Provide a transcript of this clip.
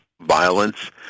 violence